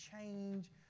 change